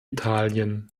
italien